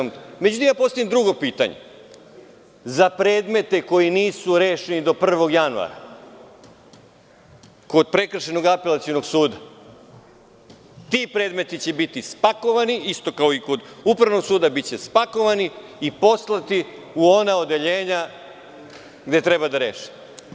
Međutim, postavljam drugo pitanje za predmete koji nisu rešeni do 1. januara kod prekršajnog apelacionog suda ti predmeti će biti spakovani, isto kao i kod upravnog suda, i poslati u ona odeljenja gde treba da se reše.